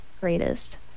greatest